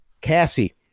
Cassie